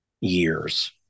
years